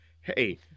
hey